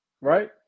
Right